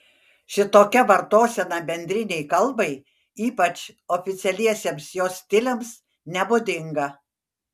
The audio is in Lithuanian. šitokia vartosena bendrinei kalbai ypač oficialiesiems jos stiliams nebūdinga